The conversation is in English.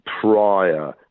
prior